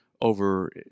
over